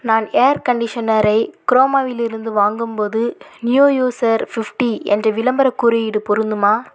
நான் ஏர் கண்டிஷனரை குரோமாவிலிருந்து வாங்கும்போது நியூ யூஸர் ஃபிஃப்ட்டி என்ற விளம்பரக் குறியீடு பொருந்துமா